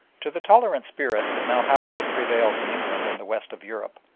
to the tolerant spirit that now happily prevails in england and the west of europe,